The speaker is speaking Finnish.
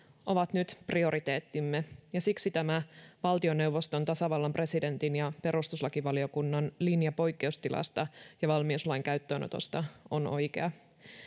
ovat nyt prioriteettimme ja siksi tämä valtioneuvoston tasavallan presidentin ja perustuslakivaliokunnan linja poikkeustilasta ja valmiuslain käyttöönotosta on oikea